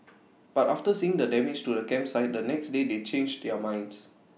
but after seeing the damage to the campsite the next day they changed their minds